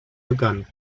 begann